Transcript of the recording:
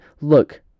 Look